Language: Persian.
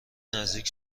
نزدیک